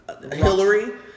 Hillary